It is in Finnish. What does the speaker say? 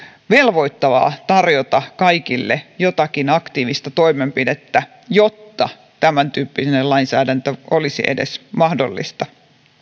velvoittavaa tarjota kaikille jotakin aktiivista toimenpidettä jotta tämäntyyppinen lainsäädäntö olisi edes mahdollista